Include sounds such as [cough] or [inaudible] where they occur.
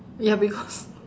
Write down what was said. ya because [laughs]